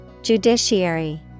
Judiciary